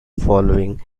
following